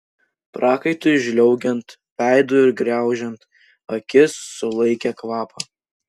prakaitui žliaugiant veidu ir graužiant akis sulaikė kvapą